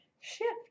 shift